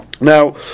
Now